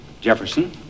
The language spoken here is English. Jefferson